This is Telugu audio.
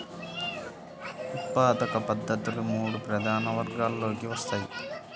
ఉత్పాదక పద్ధతులు మూడు ప్రధాన వర్గాలలోకి వస్తాయి